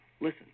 Listen